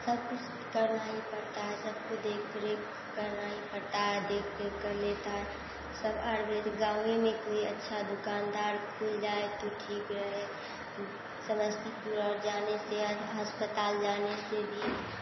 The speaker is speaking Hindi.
सब कुछ करना ही पड़ता है सबको देख रेख करना ही पड़ता है सब देख रेख कर लेता सब आयुर्वेदिक गाँवे में कोई अच्छा दुकानदार खुल जाए तो ठीक रहे समस्तीपुर अर जाने से अ अस्पताल जाने से भी